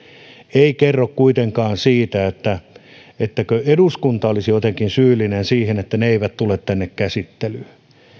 ei kerro kuitenkaan siitä että eduskunta olisi jotenkin syyllinen siihen että ne eivät tule tänne käsittelyyn